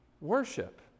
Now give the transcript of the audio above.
worship